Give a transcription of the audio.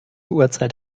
uhrzeit